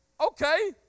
Okay